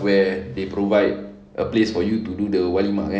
where they provide a place for you to do the walimah kan